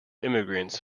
immigrants